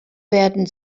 werden